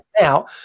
now